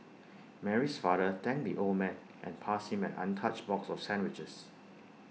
Mary's father thanked the old man and passed him an untouched box of sandwiches